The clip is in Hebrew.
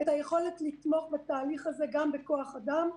את היכולת לתמוך בתהליך הזה גם בכוח אדם.